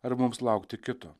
ar mums laukti kito